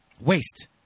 Waste